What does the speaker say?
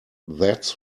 that’s